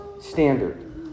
standard